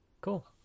Cool